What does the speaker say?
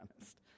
honest